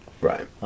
right